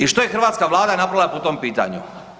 I što je hrvatska Vlada napravila po tom pitanu?